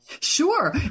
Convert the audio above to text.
Sure